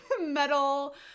metal